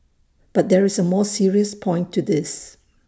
but there is A more serious point to this